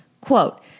quote